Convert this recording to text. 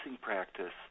practice